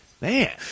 Man